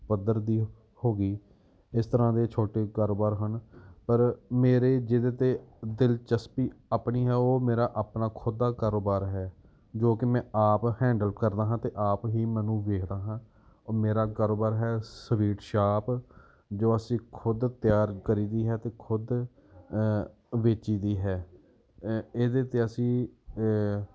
ਪੱਧਰ ਦੀ ਹੋ ਗਈ ਇਸ ਤਰ੍ਹਾਂ ਦੇ ਛੋਟੇ ਕਾਰੋਬਾਰ ਹਨ ਪਰ ਮੇਰੇ ਜਿਹਦੇ 'ਤੇ ਦਿਲਚਸਪੀ ਆਪਣੀ ਆ ਉਹ ਮੇਰਾ ਆਪਣਾ ਖੁਦ ਦਾ ਕਾਰੋਬਾਰ ਹੈ ਜੋ ਕਿ ਮੈਂ ਆਪ ਹੈਂਡਲ ਕਰਦਾ ਹਾਂ ਅਤੇ ਆਪ ਹੀ ਮੈਂ ਉਹਨੂੰ ਵੇਖਦਾ ਹਾਂ ਉਹ ਮੇਰਾ ਕਾਰੋਬਾਰ ਹੈ ਸਵੀਟ ਸ਼ਾਪ ਜੋ ਅਸੀਂ ਖੁਦ ਤਿਆਰ ਕਰੀਦੀ ਹੈ ਅਤੇ ਖੁਦ ਵੇਚੀ ਦੀ ਹੈ ਇਹਦੇ 'ਤੇ ਅਸੀਂ